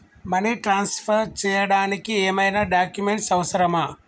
Money transfer చేయడానికి ఏమైనా documents అవసరమా?